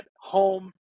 home